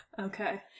Okay